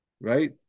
right